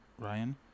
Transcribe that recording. Ryan